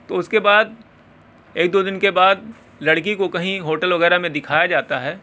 تو اس کے بعد ایک دو دن کے بعد لڑکی کو کہیں ہوٹل وغیرہ میں دکھایا جاتا ہے